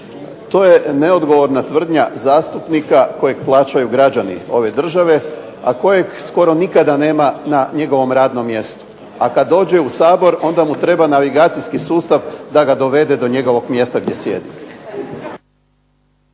To je neodgovorna tvrdnja zastupnika kojeg plaćaju građani ove države, a kojeg skoro nikada nema na njegovom radnom mjestu, a kad dođe u Sabor onda mu treba navigacijski sustav da ga dovede do njegovog mjesta gdje sjedi.